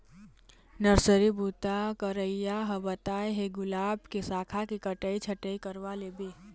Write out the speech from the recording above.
nursery बूता करइया ह बताय हे गुलाब के साखा के कटई छटई करवा लेबे